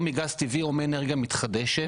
מגז טבעי או מאנרגיה מתחדשת,